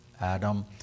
Adam